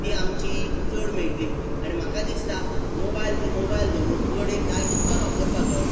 तीं आमची चड मेळटली आनी म्हाका दिसता मोबायल मोबायल धोव कडेन जाय तितलोत वापरपाचो